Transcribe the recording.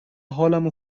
حالمو